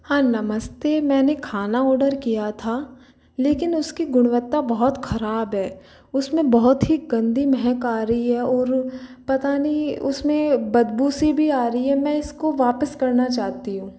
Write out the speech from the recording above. हाँ नमस्ते मैंने खाना ऑर्डर किया था लेकिन उसकी गुणवत्ता बहुत ख़राब है उसमें बहुत ही गंदी महक आ रही है और पता नहीं उसमें बदबू सी भी आ रही है मैं इसको वापस करना चाहती हूँ